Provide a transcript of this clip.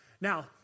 Now